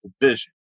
division